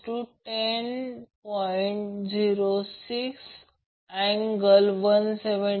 तर तो VAN angle Z angle असेल